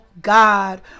God